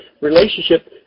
relationship